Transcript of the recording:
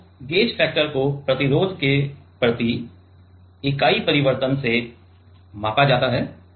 तो gauge factor को प्रतिरोध के प्रति इकाई परिवर्तन से मापा जाता है